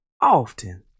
often